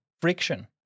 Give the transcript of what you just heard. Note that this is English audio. friction